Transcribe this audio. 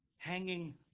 Hanging